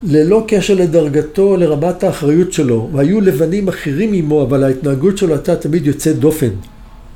מספר טלפון של יואב גבר תן לי